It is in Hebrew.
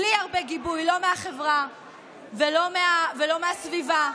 בלי הרבה גיבוי, לא מהחברה ולא מהסביבה